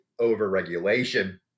overregulation